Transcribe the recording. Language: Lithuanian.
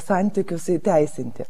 santykius įteisinti